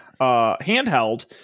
handheld